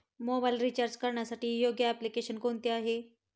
Mobile recharge करण्यासाठी योग्य application कोणते आहे?